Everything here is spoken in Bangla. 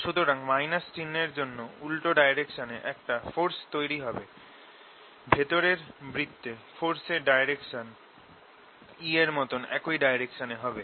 সুতরাং চিহ্নর জন্য উল্টো ডাইরেকশনে একটা ফোরস তৈরি হবে ভেতরের বৃত্তে ফোরসের ডাইরেকশন E এর মতন একই ডাইরেকশনে হবে